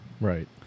Right